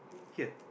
here